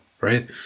Right